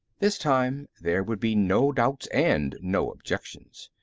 this time, there would be no doubts and no objections.